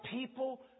people